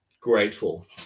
grateful